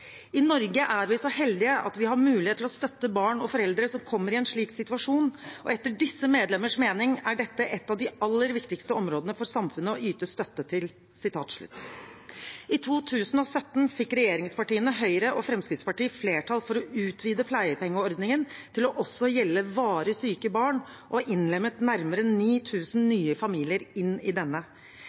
Norge er vi så heldige at vi har mulighet til å støtte barn og foreldre som kommer i en slik situasjon, og etter disse medlemmers mening er dette et av de aller viktigste områdene for samfunnet å yte støtte til.» I 2017 fikk regjeringspartiene Høyre og Fremskrittspartiet flertall for å utvide pleiepengeordningen til også å gjelde varig syke barn og innlemmet nærmere 9 000 nye familier inn i denne.